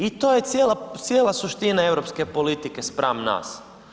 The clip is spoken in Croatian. I to je cijela suština europske politike spram nas.